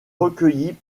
recueillie